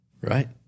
Right